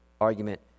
argument